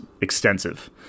extensive